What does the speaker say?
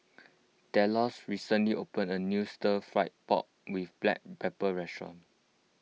Delos recently opened a new Stir Fry Pork with Black Pepper restaurant